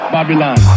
Babylon